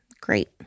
great